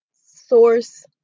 source